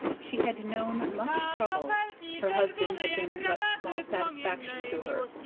she had known much trouble her husband had been but small satisfaction to her,